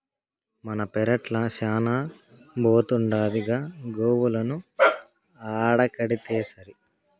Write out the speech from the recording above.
మన పెరట్ల శానా బోతుండాదిగా గోవులను ఆడకడితేసరి